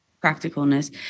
practicalness